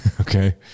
Okay